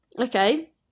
Okay